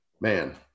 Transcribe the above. man